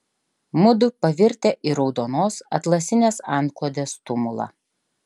mudu pavirtę į raudonos atlasinės antklodės tumulą